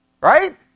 Right